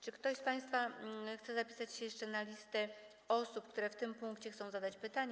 Czy ktoś z państwa chce wpisać się jeszcze na listę osób, które w tym punkcie chcą zadać pytanie?